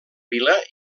vila